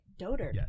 doter